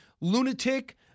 lunatic